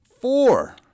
four